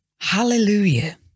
hallelujah